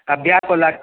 अब बिहेको लागि